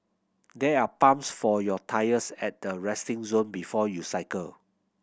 there are pumps for your tyres at the resting zone before you cycle